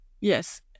Yes